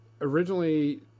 Originally